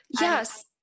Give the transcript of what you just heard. Yes